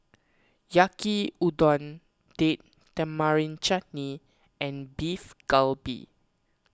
Yaki Udon Date Tamarind Chutney and Beef Galbi